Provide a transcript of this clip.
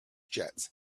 jets